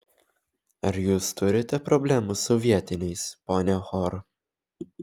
ar jūs turite problemų su vietiniais ponia hor